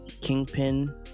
Kingpin